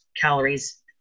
calories